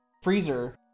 freezer